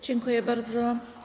Dziękuję bardzo.